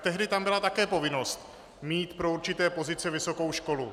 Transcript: Tehdy tam byla také povinnost mít pro určité pozice vysokou školu.